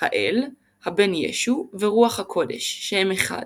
האל הבן ישו ורוח הקודש – שהם אחד.